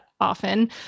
often